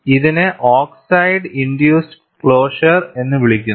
ഇതിനെ oxide induced closure എന്ന് വിളിക്കുന്നു